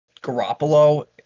Garoppolo